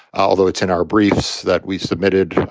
although it's in our briefs that we submitted